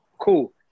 Cool